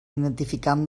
identificant